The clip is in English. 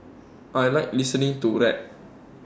I Like listening to rap